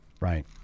Right